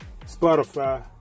Spotify